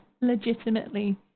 legitimately